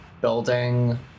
building